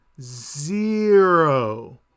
zero